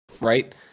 right